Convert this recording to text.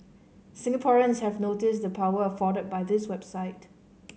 Singaporeans have noticed the power afforded by this website